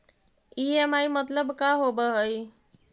EMI मतलब का होब हइ?